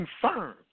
confirmed